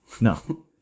No